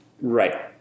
Right